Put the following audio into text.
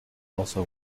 also